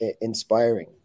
inspiring